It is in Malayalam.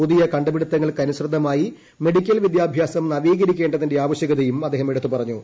പുതിയ കണ്ടുപ്പിട്ടിത്ത്ങൾക്കനുസൃതമായി മെഡിക്കൽ വിദ്യാഭ്യാസം നവീകുരിക്ക്ണ്ടതിന്റെ ആവശ്യകതയും അദ്ദേഹം എടുത്തു പറഞ്ഞു